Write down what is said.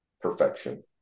perfection